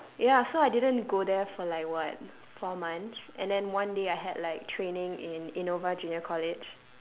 ya so I didn't go there for like what four months and then one day I had like training in innova junior college